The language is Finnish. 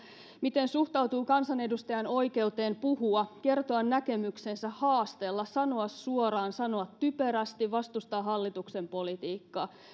miten suhtautuu kansanedustajan oikeuteen puhua kertoa näkemyksensä haastella sanoa suoraan sanoa typerästi vastustaa hallituksen politiikkaa